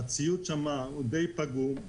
וגם הציוד שם הוא די פגום.